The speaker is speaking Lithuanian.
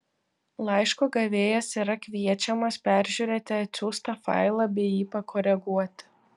laiško gavėjas yra kviečiamas peržiūrėti atsiųstą failą bei jį pakoreguoti